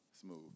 smooth